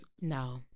No